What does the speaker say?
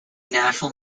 national